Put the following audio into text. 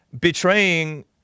betraying